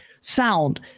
sound